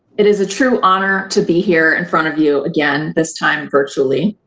it is a true honor to be here in front of you again, this time virtually.